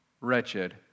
wretched